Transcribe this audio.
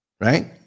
right